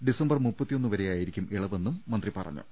December ദ്യവരെയായിരിക്കും ഇളവെന്നും മന്ത്രി പറഞ്ഞു